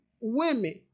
women